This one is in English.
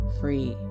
free